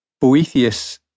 Boethius